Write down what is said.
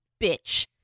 bitch